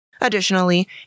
Additionally